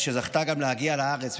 שזכתה גם להגיע לארץ,